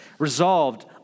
Resolved